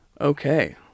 Okay